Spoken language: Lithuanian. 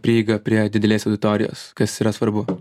prieigą prie didelės auditorijos kas yra svarbu